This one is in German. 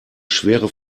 schwere